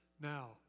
Now